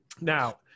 Now